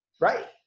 right